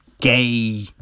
gay